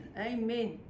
Amen